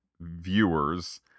viewers